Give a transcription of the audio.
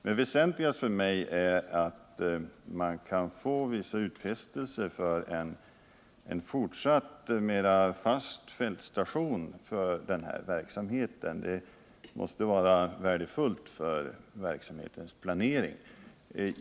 Det väsentligaste för mig är att man kan få vissa utfästelser för en fortsatt och mer fast fältstation för den här verksamheten. Det måste vara värdefullt för verksamhetens planering.